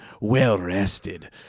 well-rested